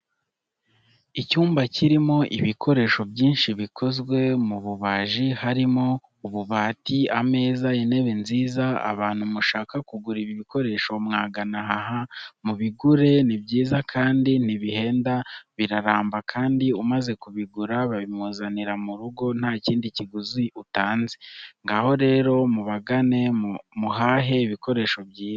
Icyumba kirimo ibikoresho byinshi bikozwe mu bubaji harimo ububati, ameza, intebe nziza. Abantu mushaka kugura ibi bikoresho mwagana aha, mubigure ni byiza kandi ntibihenda biraramba kandi umaze kubigura babimuzanira mu rugo nta kindi kiguzi utanze. Ngaho rero mubagane muhahe ibikoresho byiza.